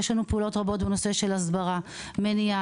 יש לנו פעולות רבות בנושא הסברה ומניעה.